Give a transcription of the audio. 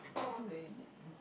lazy